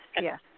Yes